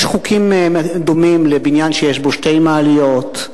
יש חוקים דומים לבניין שיש בו שתי מעליות,